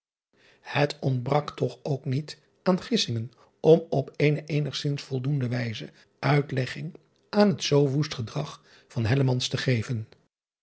et ontbrak toch ook niet aan gissingen om op eene eenigzins voldoende wijze uitlegging aan het zoo woest gedrag van te geven